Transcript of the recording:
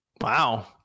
Wow